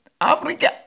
Africa